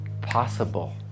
possible